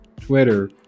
Twitter